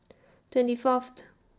twenty Fourth